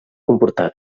comportà